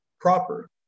proper